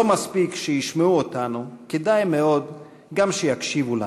לא מספיק שישמעו אותנו, כדאי מאוד גם שיקשיבו לנו.